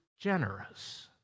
generous